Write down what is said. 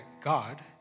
God